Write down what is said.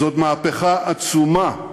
זאת מהפכה עצומה,